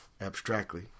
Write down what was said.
abstractly